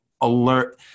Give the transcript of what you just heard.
alert